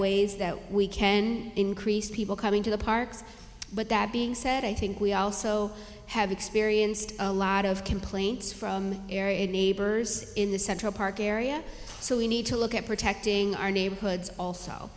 ways that we can increase people coming to the parks but that being said i think we also have experienced a lot of complaints from area neighbors in the central park area so we need to look at protecting our neighborhoods